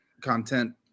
content